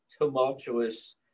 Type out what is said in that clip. tumultuous